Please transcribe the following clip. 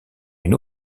une